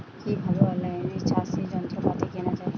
কিভাবে অন লাইনে চাষের যন্ত্রপাতি কেনা য়ায়?